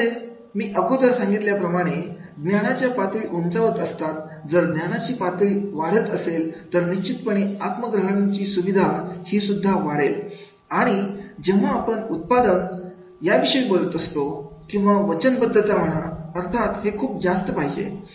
तुझ्यासाठी मी अगोदर सांगितल्याप्रमाणे ज्ञानाच्या पातळी उंचावत असतात जर ज्ञानाची पातळी वाढत असेल तर निश्चितपणे आत्म ग्रहणाची सुविधा ही सुद्धा वाढेल आणि जेव्हा आपण उत्पादन ते विषयी बोलत असतोकिंवा वचनबद्धता म्हणा अर्थात हे खूप जास्त पाहिजे